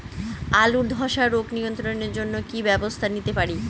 আলুর ধ্বসা রোগ নিয়ন্ত্রণের জন্য কি কি ব্যবস্থা নিতে পারি?